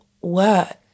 work